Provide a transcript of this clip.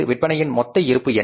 விற்பனையின் மொத்த இருப்பு என்ன